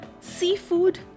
seafood